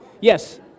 Yes